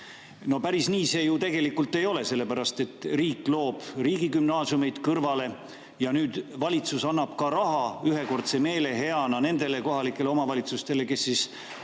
No päris nii see ju tegelikult ei ole, sellepärast et riik loob riigigümnaasiumeid kõrvale ja nüüd valitsus annab ka raha ühekordse meeleheana nendele kohalikele omavalitsustele, kes on